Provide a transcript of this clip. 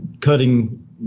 cutting